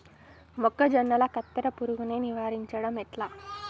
మొక్కజొన్నల కత్తెర పురుగుని నివారించడం ఎట్లా?